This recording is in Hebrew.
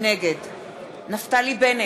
נגד נפתלי בנט,